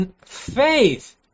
faith